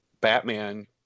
Batman